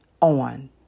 on